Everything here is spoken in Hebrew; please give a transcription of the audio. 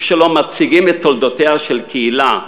כשלא מציגים את תולדותיה של קהילה,